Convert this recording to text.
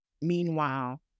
Meanwhile